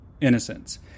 innocence